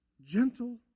gentle